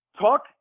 talk